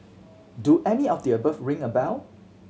do any of the above ring a bell